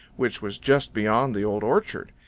which was just beyond the old orchard.